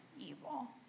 evil